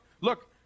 look